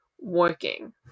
working